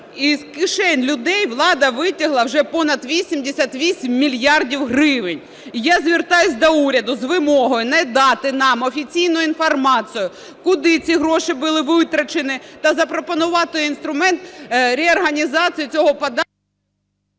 з кишень людей влада витягла вже понад 88 мільярдів гривень. І я звертаюся до уряду з вимогу надати нам офіційну інформацію куди ці гроші були витрачені та запропонувати інструмент реорганізації цього податку.